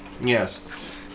Yes